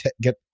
get